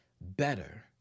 better